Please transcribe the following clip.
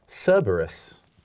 Cerberus